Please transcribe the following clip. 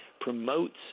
promotes